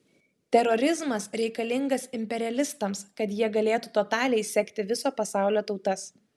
terorizmas reikalingas imperialistams kad jie galėtų totaliai sekti viso pasaulio tautas